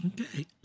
Okay